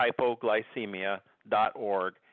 hypoglycemia.org